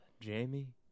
Jamie